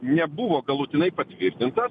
nebuvo galutinai patvirtintas